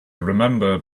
remembered